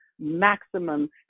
maximum